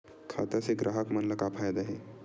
खाता से ग्राहक मन ला का फ़ायदा हे?